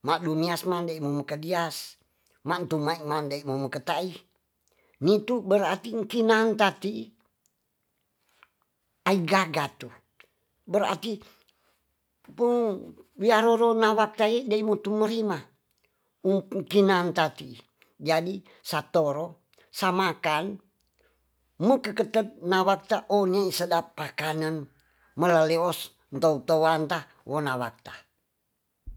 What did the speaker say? wadunia semande makadias mantu memande makatai nitu berarti kinangtati haigagatu berarti pung biarorona watai detumurima mumpungkina tati jadi satoro sama kan mekeketet nawakta one sedapakanan malaleous muntoutouwanta monawakta.